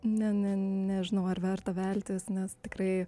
ne ne nežinau ar verta veltis nes tikrai